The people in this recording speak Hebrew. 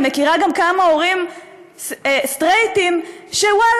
אני מכירה גם כמה הורים סטרייטים שוואללה,